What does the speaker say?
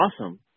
awesome